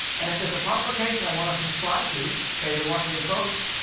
and, if there's a publication i want to subscribe to say, the washington post,